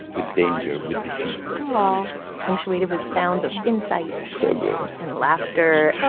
with danger, with defeat aw aw punctuated with sounds of insight. so good. and laughter.